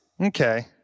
Okay